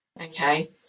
Okay